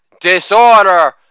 disorder